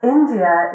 India